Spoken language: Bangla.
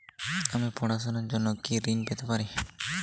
আমি পড়াশুনার জন্য কি ঋন পেতে পারি?